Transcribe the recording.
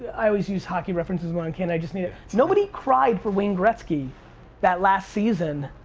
i always use hockey references when i can, i just need it, nobody cried for wayne gretzky that last season.